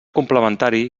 complementari